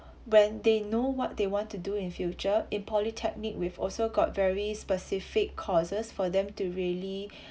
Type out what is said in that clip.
when they know what they want to do in future in polytechnic we've also got very specific courses for them to really